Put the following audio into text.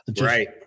Right